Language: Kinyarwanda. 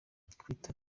twitter